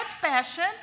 passion